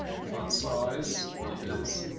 font size is